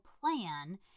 plan